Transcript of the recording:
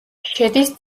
შედის